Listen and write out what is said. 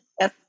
yes